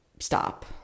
stop